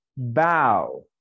bow